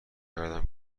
کردم